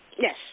Yes